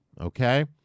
Okay